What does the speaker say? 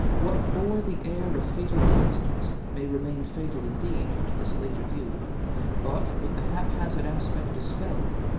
what bore the air of fatal coincidence may remain fatal indeed, to this later view but, with the haphazard aspect dispelled,